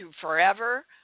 forever